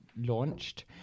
launched